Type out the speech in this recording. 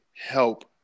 help